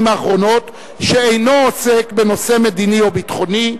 האחרונות שאינו עוסק בנושא מדיני או ביטחוני,